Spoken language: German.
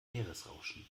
meeresrauschen